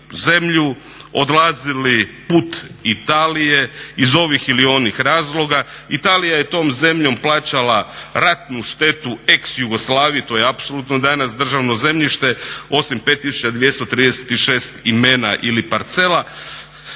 odlazili put Italije iz ovih ili onih razloga. Italija je tom zemljom plaćala ratnu štetu ex Jugoslavije, to je apsolutno danas državno zemljište osim 5.236 imena ili parcela